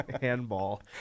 Handball